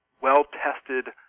well-tested